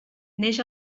neix